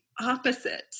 opposite